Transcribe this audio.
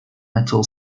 metal